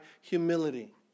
humility